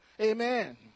Amen